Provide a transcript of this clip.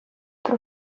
про